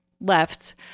left